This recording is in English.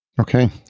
Okay